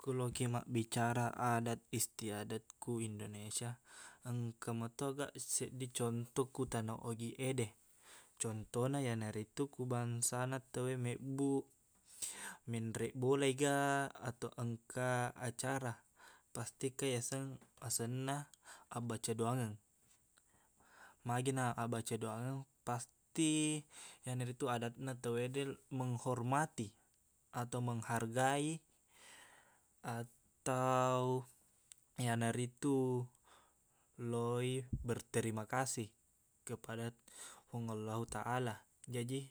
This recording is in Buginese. Ku lokiq mabbicara adat isti adat ku indonesia engka meto aga seddi contoh ku tana ogiq ede contohna iyanaritu ku bangsana tauwe mebbuq menreq bola i ga atau engka acara pasti engka yaseng asenna abbaca doangeng magina abbaca doangeng pasti iyanaritu adatna tauwede menghormati atau menghargai atau iyanaritu loi berterimakasih kepada fung allahu ta allah jaji